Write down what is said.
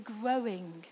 growing